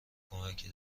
کمکی